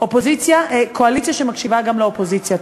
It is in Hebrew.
קואליציה שמקשיבה גם לאופוזיציה.